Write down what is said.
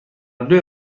دوی